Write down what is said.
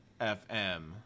fm